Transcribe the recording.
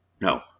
No